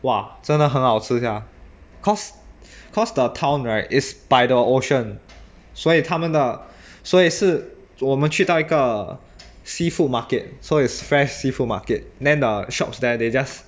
哇真的很好吃 sia cause cause the town right is by the ocean 所以他们的所以是我们去到一个 seafood market so it's fresh seafood market then the shops there they just